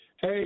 Hey